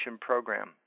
Program